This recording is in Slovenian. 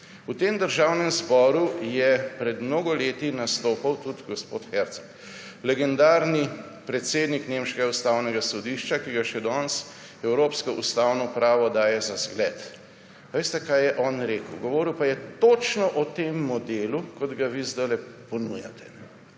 V tem državnem zboru je pred mnogo leti nastopal tudi gospod Herzog, legendarni predsednik nemškega ustavnega sodišča, ki ga še danes evropsko ustavno pravo daje za zgled. Veste, kaj je on rekel, govoril pa je točno o tem modelu, kot ga vi sedaj ponujate.